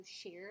share